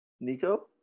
Nico